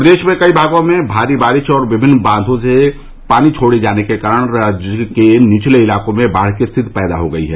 प्रदेश में कई भागों में भारी बारिश और विभिन्न बांधों से पानी छोड़े जाने के कारण राज्य के निचले इलाकों में बाढ़ की स्थिति पैदा हो गई है